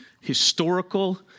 historical